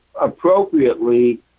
appropriately